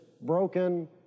broken